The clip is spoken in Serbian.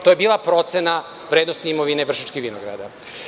To je bila procena vrednosti imovine Vršačkih vinograda.